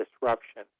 disruption